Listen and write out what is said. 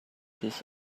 this